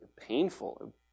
painful